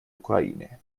ukraine